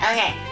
Okay